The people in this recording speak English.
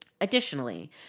Additionally